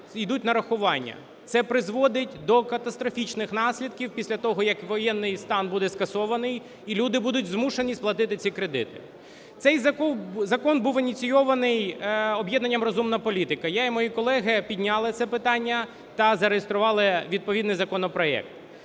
Це призводить до катастрофічних наслідків після того, як воєнний стан буде скасований і люди будуть змушені сплатити ці кредити. Цей закон був ініційований об'єднанням "Розумна політика". Я і мої колеги підняли це питання та зареєстрували відповідний законопроект.